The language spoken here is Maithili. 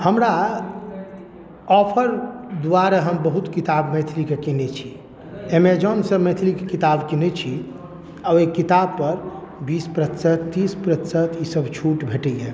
हमरा ऑफर दुआरे हम बहुत किताब मैथिलीके कीनैत छी एमेजॉनसँ मैथिलीके किताब कीनैत छी आ ओहि किताबपर बीस प्रतिशत तीस प्रतिशत ईसभ छूट भेटैए